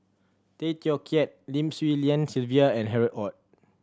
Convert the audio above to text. Tay Teow Kiat Lim Swee Lian Sylvia and Harry Ord